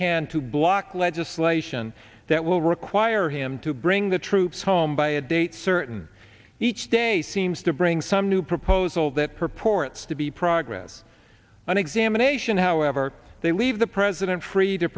can to block legislation that will require him to bring the troops home by a date certain each day seems to bring some new proposal that purports to be progress on examination however they leave the president free to